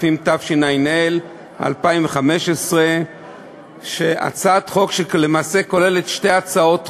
התשע"ה 2015. הצעת החוק למעשה כוללת שתי הצעות חוק,